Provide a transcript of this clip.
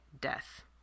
death